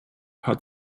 hat